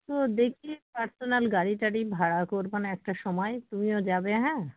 তো দেখি পার্সোনাল গাড়ি টাড়ি ভাড়া করব না হয় একটা সময় তুমিও যাবে হ্যাঁ